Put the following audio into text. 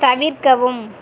தவிர்க்கவும்